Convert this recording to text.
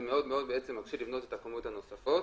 זה מקשה לבנות את הקומות הנוספות.